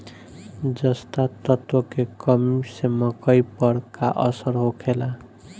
जस्ता तत्व के कमी से मकई पर का असर होखेला?